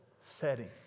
setting